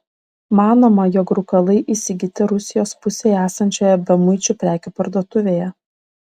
manoma jog rūkalai įsigyti rusijos pusėje esančioje bemuičių prekių parduotuvėje